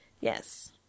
Yes